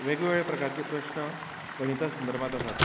वेगळे वेगळे प्रकारचे प्रस्न गणिता संदर्भांत आसात